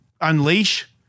unleash